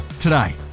today